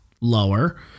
lower